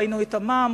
ראינו את המע"מ,